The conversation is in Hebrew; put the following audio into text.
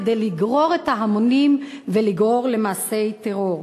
כדי לגרור את ההמונים ולגרור למעשי טרור.